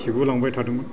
खिगु लांबाय थादोंमोन